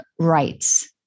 rights